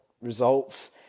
results